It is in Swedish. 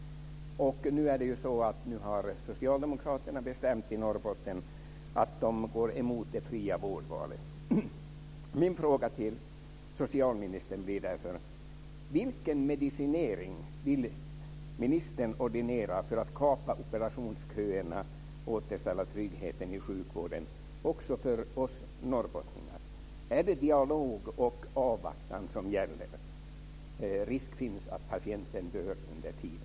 Nu har Socialdemokraterna i Norrbotten bestämt sig för att gå emot det fria vårdvalet. Min fråga till socialministern blir därför: Vilken medicinering vill ministern ordinera för att kapa operationsköerna och återställa tryggheten i sjukvården också för oss norrbottningar? Är det dialog och avvaktan som gäller? Risk finns att patienten dör under tiden.